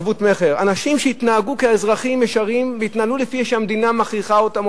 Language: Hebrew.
אנשים שהתנהגו כאזרחים ישרים והתנהלו כפי שהמדינה מכריחה אותם,